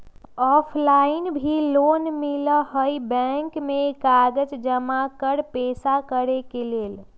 Offline भी loan मिलहई bank में कागज जमाकर पेशा करेके लेल?